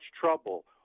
trouble